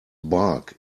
bark